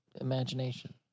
imagination